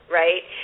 right